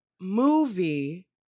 movie